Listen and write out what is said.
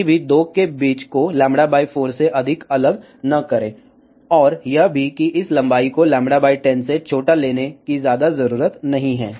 कभी भी 2 के बीच को λ 4 से अधिक अलग न करें और यह भी कि इस लंबाई को λ 10 से छोटा लेने की ज्यादा जरूरत नहीं है